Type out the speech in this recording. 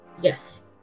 yes